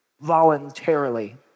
voluntarily